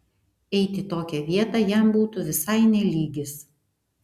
eit į tokią vietą jam būtų visai ne lygis